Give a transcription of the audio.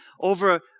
over